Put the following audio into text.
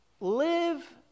live